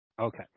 Okay